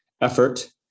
effort